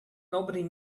nobody